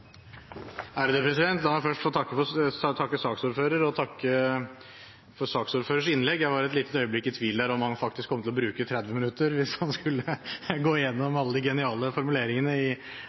La meg først få takke saksordføreren og for saksordførerens innlegg. Jeg var et lite øyeblikk i tvil om han faktisk kom til å bruke 30 minutter hvis han skulle gå igjennom alle de geniale formuleringene